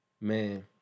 Man